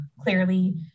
clearly